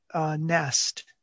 Nest